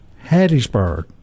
Hattiesburg